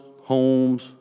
homes